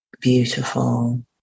beautiful